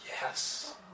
Yes